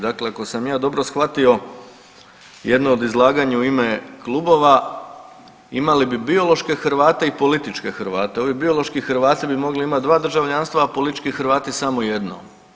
Dakle, ako sam ja dobro shvatio jednom u izlaganja u ime klubova imali bi biološke Hrvate i političke Hrvate, ovi biološki Hrvati bi mogli imati dva državljanstva, a politički Hrvati samo jedno.